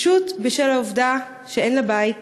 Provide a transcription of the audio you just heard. פשוט בשל העובדה שאין לה בית